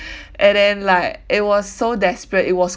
and then like it was so desperate it was